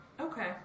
Okay